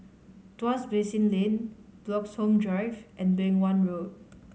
Tuas Basin Lane Bloxhome Drive and Beng Wan Road